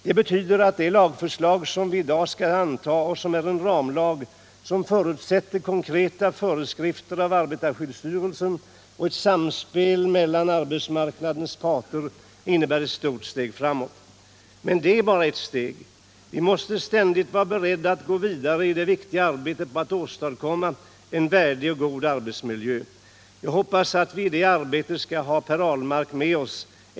Det betyder att det lagförslag som vi i dag skall anta och som är en ramlag, som förutsätter konkreta föreskrifter av arbetarskyddsstyrelsen och ett samspel mellan arbetsmarknadens parter, innebär ett stort steg framåt. Men det är bara ett steg. Vi måste ständigt vara beredda att gå vidare i det viktiga arbetet på att åstadkomma en värdig och god arbetsmiljö. Jag hoppas att vi i det arbetet skall ha Per Ahlmark med oss.